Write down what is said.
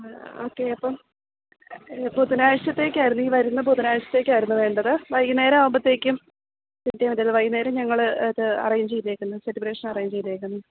ആഹ് okay അപ്പം ബുധനാഴ്ചത്തേക്കായിരുന്നു ഈ വരുന്ന ബുധനാഴ്ചത്തേക്കായിരുന്നു വേണ്ടത് വൈകുന്നേരം ആകുമ്പോഴ്ത്തേക്കും എത്തിയാൽ മതി വൈകുന്നേരം ഞങ്ങൾ അത് അറേഞ്ച് ചെയ്തേക്കുന്നത് സെലിബ്രേഷൻ അറേഞ്ച് ചെയ്തേക്കുന്നത്